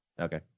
Okay